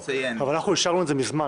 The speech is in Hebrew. אבל אנחנו אישרנו את זה מזמן.